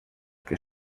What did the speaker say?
que